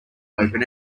open